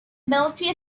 military